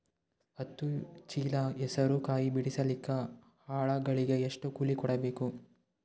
ಹತ್ತು ಚೀಲ ಹೆಸರು ಕಾಯಿ ಬಿಡಸಲಿಕ ಆಳಗಳಿಗೆ ಎಷ್ಟು ಕೂಲಿ ಕೊಡಬೇಕು?